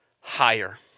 higher